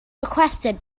requested